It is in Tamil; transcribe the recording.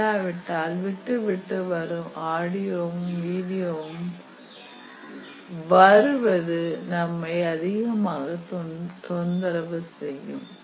இல்லாவிட்டால் விட்டு விட்டு ஆடியோவும் வீடியோவும் வருவது நம்மை அதிகமாக தொந்தரவு செய்யும்